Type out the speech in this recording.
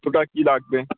কতোটা কী লাগবে